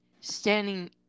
standing